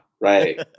right